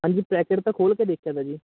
ਹਾਂਜੀ ਪੈਕਟ ਤਾਂ ਖੋਲ੍ਹ ਕੇ ਦੇਖਿਆ ਤਾ ਜੀ